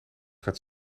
gaat